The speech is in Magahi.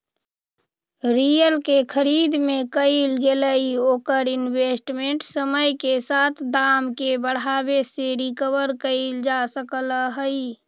रियल के खरीद में कईल गेलई ओवर इन्वेस्टमेंट समय के साथ दाम के बढ़ावे से रिकवर कईल जा सकऽ हई